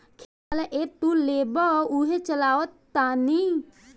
खेती वाला ऐप तू लेबऽ उहे चलावऽ तानी